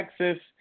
Texas